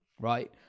right